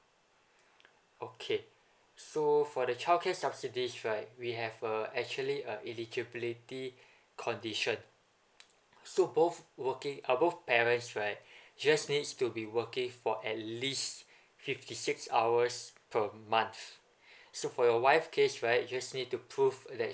okay so for the childcare subsidies right we have a actually uh eligibility condition so both working uh both parents right just needs to be working for at least fifty six hours per month so for your wife case right just need to prove that